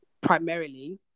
primarily